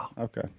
Okay